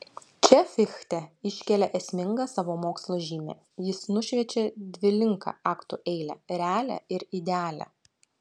čia fichte iškelia esmingą savo mokslo žymę jis nušviečia dvilinką aktų eilę realią ir idealią